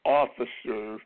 officer